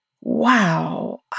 wow